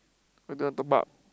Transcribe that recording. why you don't want top up